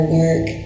work